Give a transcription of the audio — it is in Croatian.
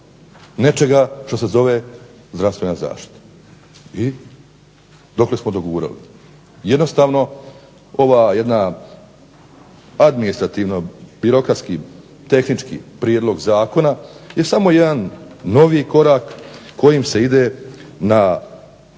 nečega što se zove zdravstvena zaštita. I dokle smo dogurali? Jednostavno ova jedna administrativno, birokratski, tehnički prijedlog zakona je samo jedan novi korak kojim se ide na